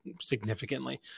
significantly